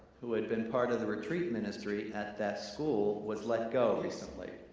who had been part of the retreat ministry at that school was let go recently.